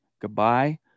goodbye